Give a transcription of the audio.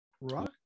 right